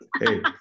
hey